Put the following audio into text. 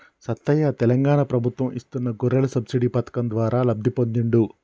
సత్తయ్య తెలంగాణ ప్రభుత్వం ఇస్తున్న గొర్రెల సబ్సిడీ పథకం ద్వారా లబ్ధి పొందిండు